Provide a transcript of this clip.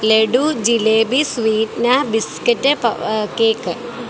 ലഡു ജിലേബി സ്വീറ്റ്ന biscuit cake